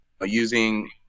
using